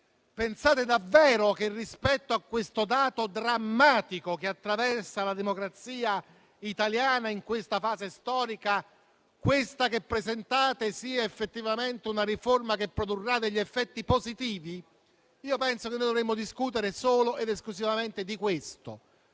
Ministro - che, rispetto a tale dato drammatico che attraversa la democrazia italiana in questa fase storica, questa che presentate sia effettivamente una riforma che produrrà degli effetti positivi? Penso che noi dovremmo discutere solo ed esclusivamente di questo.